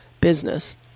business